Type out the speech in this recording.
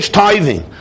tithing